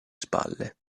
spalle